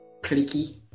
clicky